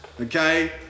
Okay